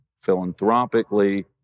philanthropically